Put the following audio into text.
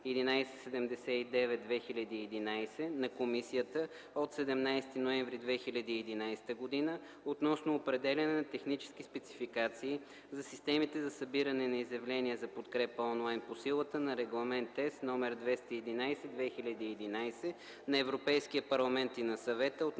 1179/2011 на Комисията от 17 ноември 2011 г. относно определяне на технически спецификации за системите за събиране на изявления за подкрепа онлайн по силата на Регламент (ЕС) № 211/2011 на Европейския парламент и на Съвета